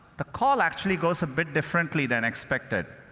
the call actually goes a bit differently than expected.